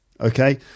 okay